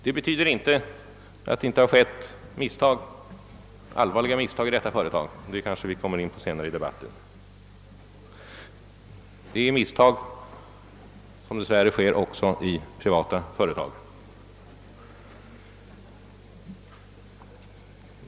Det betyder inte att det inte har gjorts allvarliga misstag i detta företag — det kanske vi kommer in på senare i debatten — men sådana görs dess värre också 1 privata företag.